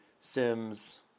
Sims